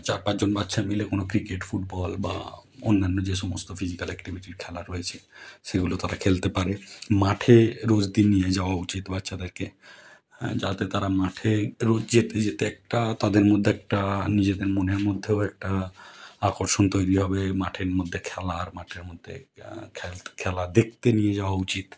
চার পাঁচ জন বাচ্চা মিলে কোনো ক্রিকেট ফুটবল বা অন্যান্য যে সমস্ত ফিজিক্যাল অ্যাক্টিভিটির খেলা রয়েছে সেগুলো তারা খেলতে পারে মাঠে রোজ দিন নিয়ে যাওয়া উচিত বাচ্চাদেরকে যাতে তারা মাঠে রোজ যেতে যেতে একটা তাদের মধ্যে একটা নিজেদের মনের মধ্যেও একটা আকর্ষণ তৈরি হবে মাঠের মধ্যে খেলার মাঠের মধ্যে খেল খেলা দেখতে নিয়ে যাওয়া উচিত